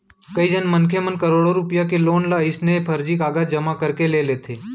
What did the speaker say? कइझन मनखे मन करोड़ो रूपिया के लोन ल अइसने फरजी कागज जमा करके ले लेथे